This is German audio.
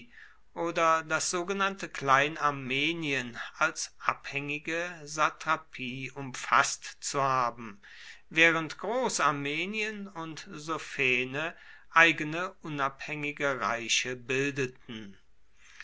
oder das sogenannte klein armenien als abhängige satrapie umfaßt zu haben während groß armenien und sophene eigene unabhängige reiche bildeten